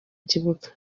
kibuga